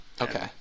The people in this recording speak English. Okay